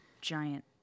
giant